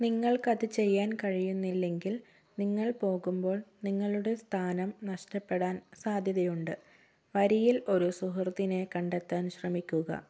നിങ്ങൾക്ക് അത് ചെയ്യാൻ കഴിയുന്നില്ലെങ്കിൽ നിങ്ങൾ പോകുമ്പോൾ നിങ്ങളുടെ സ്ഥാനം നഷ്ടപ്പെടാൻ സാധ്യതയുണ്ട് വരിയിൽ ഒരു സുഹൃത്തിനെ കണ്ടെത്താൻ ശ്രമിക്കുക